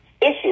issues